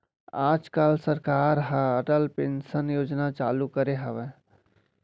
आज काल सरकार ह अटल पेंसन योजना चालू करे हवय